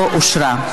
לא נתקבלה.